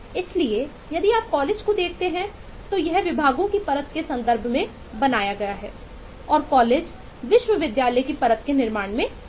इसलिए यदि आप कॉलेजों को देखते हैं तो यह विभागों की परत के संदर्भ में बनाया गया है और कॉलेज विश्वविद्यालय की परत के निर्माण में जुटे हैं